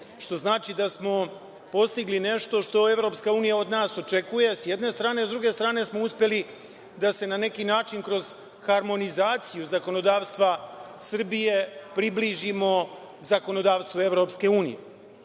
što znači da smo postigli nešto što EU od nas očekuje, sa jedne strane, a sa druge strane smo uspeli da se na neki način, kroz harmonizaciju zakonodavstva Srbije, približimo zakonodavstvu EU.Ja ću se